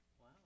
Wow